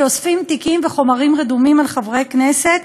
שאוספים תיקים וחומרים רדומים על חברי כנסת,